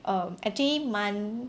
um actually 蛮